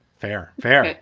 fair. fair.